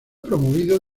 promovido